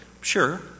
Sure